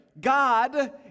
God